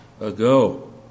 ago